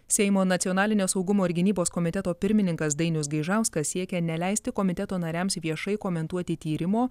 seimo nacionalinio saugumo ir gynybos komiteto pirmininkas dainius gaižauskas siekia neleisti komiteto nariams viešai komentuoti tyrimo